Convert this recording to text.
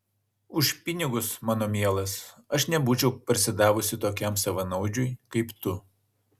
už pinigus mano mielas aš nebūčiau parsidavusi tokiam savanaudžiui kaip tu